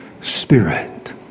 spirit